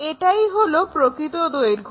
এটাই হলো প্রকৃত দৈর্ঘ্য